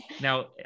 now